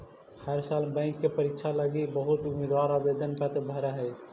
हर साल बैंक के परीक्षा लागी बहुत उम्मीदवार आवेदन पत्र भर हई